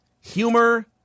humor